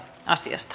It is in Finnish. asiasta